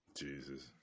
Jesus